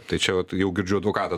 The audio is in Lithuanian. tai čia vat jau girdžiu advokatą